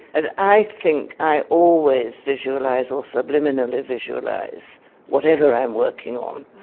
and i think i always visualise or subliminally visualise whatever i'm working on.